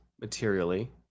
materially